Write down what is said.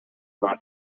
not